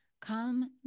Come